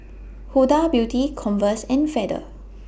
Huda Beauty Converse and Feather